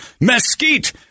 mesquite